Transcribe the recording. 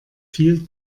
viel